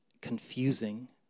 confusing